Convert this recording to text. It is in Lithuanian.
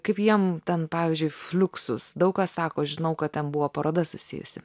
kaip jiem ten pavyzdžiui fliuksus daug kas sako žinau kad ten buvo paroda susijusi